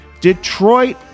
Detroit